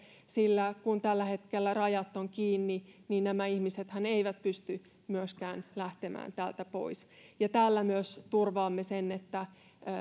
sillä kun tällä hetkellä rajat ovat kiinni niin nämä ihmisethän eivät pysty myöskään lähtemään täältä pois tällä myös turvaamme sen että